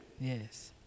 Yes